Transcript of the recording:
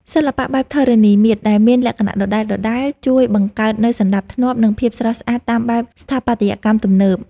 សិល្បៈបែបធរណីមាត្រ ដែលមានលក្ខណៈដដែលៗ ជួយបង្កើតនូវសណ្ដាប់ធ្នាប់ និងភាពស្រស់ស្អាតតាមបែបស្ថាបត្យកម្មទំនើប។